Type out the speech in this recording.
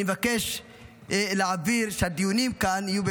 אני מבקש שהדיונים כאן יהיו,